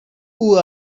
who